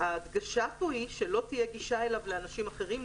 ההדגשה פה היא שלא תהיה גישה אליו לאנשים אחרים,